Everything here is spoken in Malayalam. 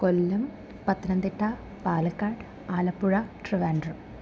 കൊല്ലം പത്തനംതിട്ട പാലക്കാട് ആലപ്പുഴ ട്രിവാൻഡ്രം